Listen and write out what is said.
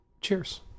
Cheers